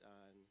on